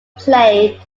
play